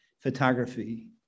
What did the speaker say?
photography